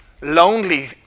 lonely